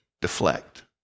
deflect